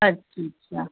अछा अछा